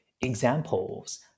examples